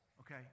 okay